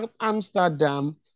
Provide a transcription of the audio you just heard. Amsterdam